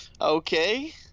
Okay